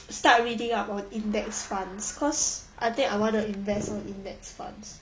start reading up on index funds cause I want to invest in index fund